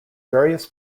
various